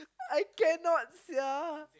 I cannot sia